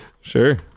Sure